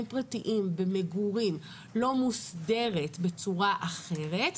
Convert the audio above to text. פרטיים במגורים לא מוסדרת בצורה אחרת,